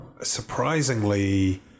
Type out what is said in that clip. surprisingly